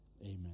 amen